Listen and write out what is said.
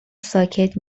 ساکت